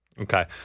Okay